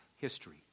history